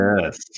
Yes